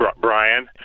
Brian